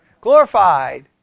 Glorified